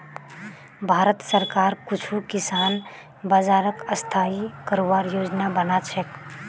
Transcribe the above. भारत सरकार कुछू किसान बाज़ारक स्थाई करवार योजना बना छेक